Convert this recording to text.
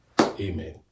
Amen